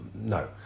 No